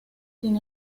sin